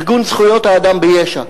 ארגון זכויות האדם ביש"ע.